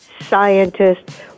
scientists